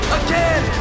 again